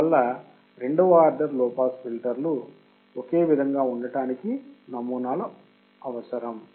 అందువల్లరెండవ order లో pass ఫిల్టర్లు ఒకే విధంగా ఉండటానికి నమూనాలు అవసరం